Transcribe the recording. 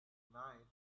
night